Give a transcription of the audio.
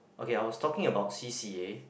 okay I was talking about C_C_A